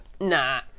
Nah